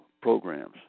programs